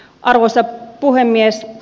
arvoisa puhemies